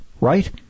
right